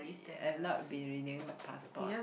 I have not been renewing my passport